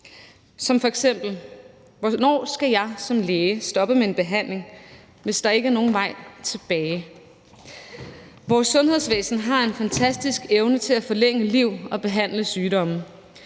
spørge: Hvornår skal jeg som læge stoppe med en behandling, hvis der ikke er nogen vej tilbage? Vores sundhedsvæsen har en fantastisk evne til at forlænge liv og behandle sygdomme.